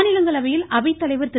மாநிலங்களவையில் அவைத்தலைவர் திரு